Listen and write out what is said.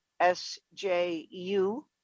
SJU